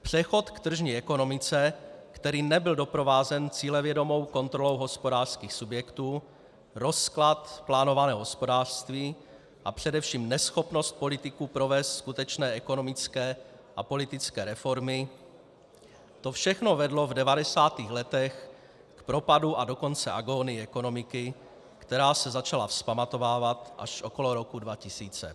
Přechod k tržní ekonomice, který nebyl doprovázen cílevědomou kontrolou hospodářských subjektů, rozklad plánovaného hospodářství a především neschopnost politiků provést skutečné ekonomické a politické reformy, to všechno vedlo v 90. letech k propadu, a dokonce agónii ekonomiky, která se začala vzpamatovávat až okolo roku 2000.